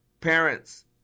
Parents